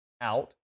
out